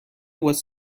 was